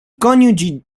coniugi